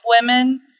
women